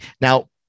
Now